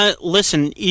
Listen